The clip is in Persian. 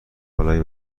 بالای